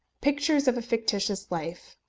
pictures of a fictitious life,